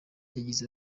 yagize